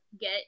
get